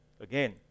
Again